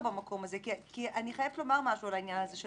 אני חייבת לומר משהו על העניין הזה של